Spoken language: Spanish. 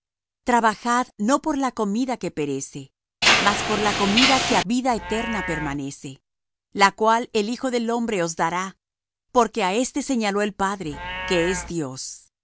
trabajad no por la comida que perece mas por la comida que á vida eterna permanece la cual el hijo del hombre os dará porque á éste señaló el padre que es dios